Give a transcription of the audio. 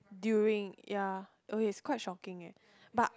during ya okay it's quite shocking eh but